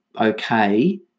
okay